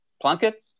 plunkett